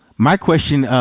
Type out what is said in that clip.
my question